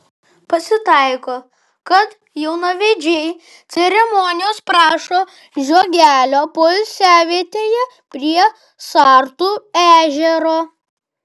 pasitaiko kad jaunavedžiai ceremonijos prašo žiogelio poilsiavietėje prie sartų ežero